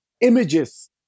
images